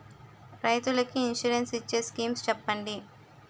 రైతులు కి ఇన్సురెన్స్ ఇచ్చే స్కీమ్స్ చెప్పండి?